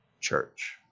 church